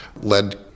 led